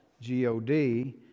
G-O-D